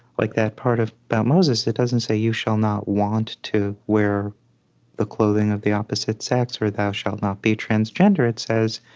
like that part about but moses that doesn't say you shall not want to wear the clothing of the opposite sex or thou shalt not be transgender. it says,